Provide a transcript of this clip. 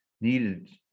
needed